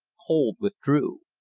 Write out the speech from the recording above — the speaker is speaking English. cold withdrew.